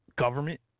Government